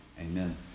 Amen